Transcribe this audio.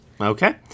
Okay